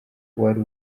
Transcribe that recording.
wari